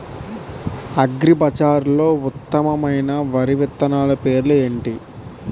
అగ్రిబజార్లో ఉత్తమమైన వరి విత్తనాలు పేర్లు ఏంటి?